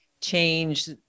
change